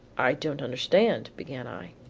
i don't understand, began i.